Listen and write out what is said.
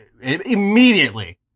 immediately